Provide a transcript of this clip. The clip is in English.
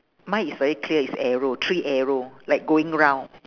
mine is very clear it's arrow three arrow like going round